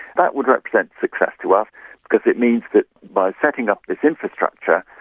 that would represent success to us because it means that by setting up this infrastructure,